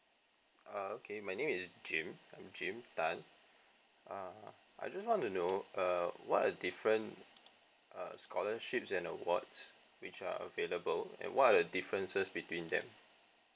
err okay my name is jim I'm jim tan err I just want to know err what are different uh scholarships and awards which are available and what are the differences between them